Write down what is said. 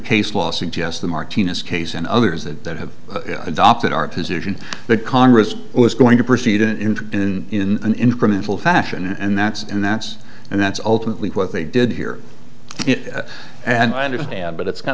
case law suggests the martinez case and others that have adopted our position that congress was going to proceed in in an incremental fashion and that's and that's and that's ultimately what they did hear it and i understand but it's kind